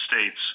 States